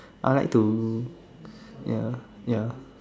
I like to ya ya